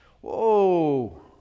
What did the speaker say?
Whoa